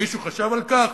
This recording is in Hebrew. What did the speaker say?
מישהו חשב על כך?